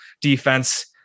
defense